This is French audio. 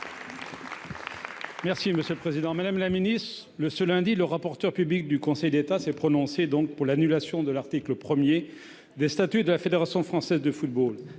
Les Républicains. Madame la ministre, ce lundi, le rapporteur public du Conseil d'État s'est prononcé pour l'abrogation de l'article 1 des statuts de la Fédération française de football,